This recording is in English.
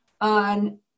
on